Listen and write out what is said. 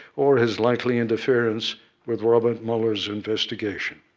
or his likely interference with robert mueller's investigation.